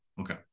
Okay